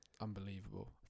unbelievable